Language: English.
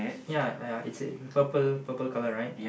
ya ya it is purple purple colour right